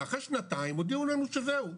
ואחרי שנתיים הודיעו לנו שזהו,